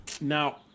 Now